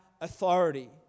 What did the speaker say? authority